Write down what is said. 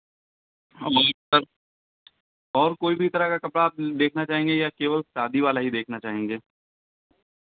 और कोई भी तरह का कपड़ा आप देखना चाहेंगे या केवल शादी वाला ही देखना चाहेंगे